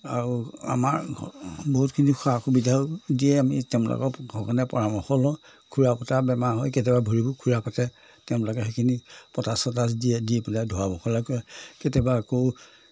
আৰু আমাৰ বহুতখিনি সা সুবিধাও দিয়ে আমি তেওঁলোকক ঘৰৰ কাৰণে পৰামৰ্শ লওঁ খুৰা ফটা বেমাৰ হৈ কেতিয়াবা ভৰিৰ খুৰা ফাটে তেওঁলোকে সেইখিনি পটাচ চটাচ দিয়ে দি পেলাই ধোৱা পখলা কৰে কেতিয়াবা আকৌ